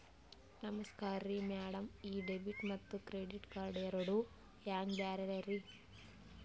ನಮಸ್ಕಾರ್ರಿ ಮ್ಯಾಡಂ ಈ ಡೆಬಿಟ ಮತ್ತ ಕ್ರೆಡಿಟ್ ಕಾರ್ಡ್ ಎರಡೂ ಹೆಂಗ ಬ್ಯಾರೆ ರಿ?